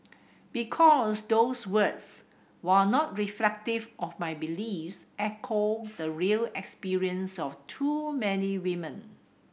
because those words while not reflective of my beliefs echo the real experience of too many women